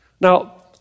Now